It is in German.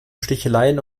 sticheleien